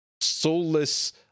soulless